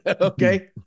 Okay